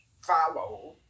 follow